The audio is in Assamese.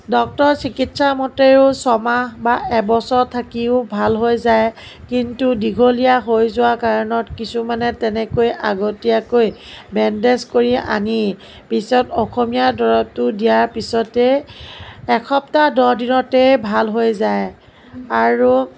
ডক্তৰ চিকিৎসামতেও ছমাহ বা এবছৰ থাকিও ভাল হৈ যায় কিন্তু দীঘলীয়া হৈ যোৱা কাৰণত কিছুমানে তেনেকৈ আগতীয়াকৈ বেণ্ডেজ কৰি আনি পিছত অসমীয়া দৰৱটো দিয়াৰ পিছতে এসপ্তাহ দহ দিনতে ভাল হৈ যায় আৰু